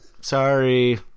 Sorry